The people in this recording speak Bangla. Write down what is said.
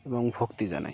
এবং ভক্তি জানাই